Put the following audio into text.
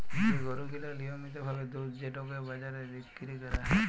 যে গরু গিলা লিয়মিত ভাবে দুধ যেটকে বাজারে বিক্কিরি ক্যরা হ্যয়